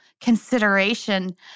consideration